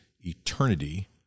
eternity